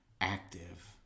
Active